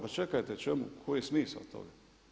Pa čekajte, čemu, koji je smisao toga?